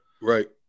right